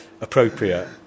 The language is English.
appropriate